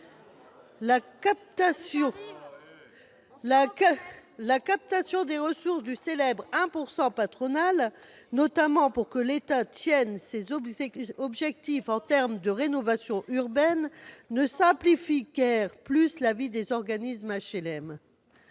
La captation des ressources du célèbre 1 % patronal, qui est notamment utilisé par l'État pour tenir ses objectifs en termes de rénovation urbaine, ne simplifie guère plus la vie des organismes d'HLM.